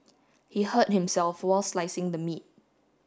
he hurt himself while slicing the meat